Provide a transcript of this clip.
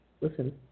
listen